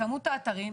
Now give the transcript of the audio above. בכמות האתרים,